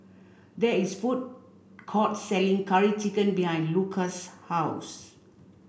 there is a food court selling Curry Chicken behind Luka's house